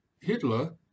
hitler